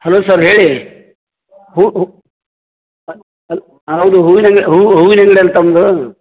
hello sir ಹೇಳಿ ಹೂವು ಹೌದು ಹೂವಿನ ಅಂಗ್ಡಿಯಾ ಹೂವು ಹೂವಿನ ಅಂಗ್ಡಿಯಲಾ ತಮ್ಮದು